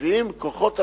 ומביאים כוחות רעננים,